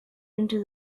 into